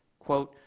quote,